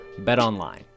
BetOnline